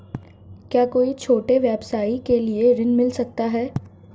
क्या कोई छोटे व्यवसाय के लिए ऋण मिल सकता है?